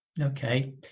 Okay